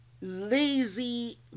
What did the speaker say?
lazy